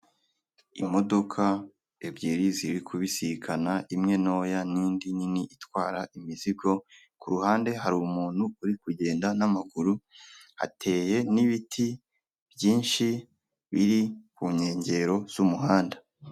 Imodoka ebyiri ziri kubisikana imwe ntoya nindi nini itwara imizigo, ku ruhande hari umuntu uri kugenda n'amaguru, hateye n'ibiti byinshi biri ku nkengero z'umuhanda.